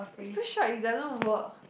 it's too short it doesn't work